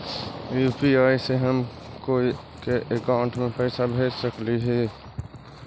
UPI से हम कोई के अकाउंट में पैसा भेज सकली ही?